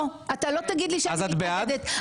מצלמה רק מתעדת אירוע,